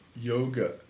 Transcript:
yoga